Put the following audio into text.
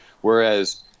whereas